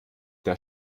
der